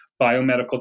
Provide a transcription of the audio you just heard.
biomedical